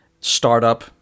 startup